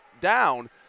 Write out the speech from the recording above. down